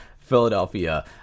philadelphia